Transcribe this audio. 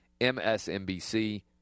MSNBC